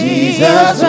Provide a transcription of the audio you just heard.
Jesus